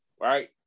Right